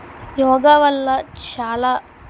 యోగా వల్ల చాలా